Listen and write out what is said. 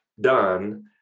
done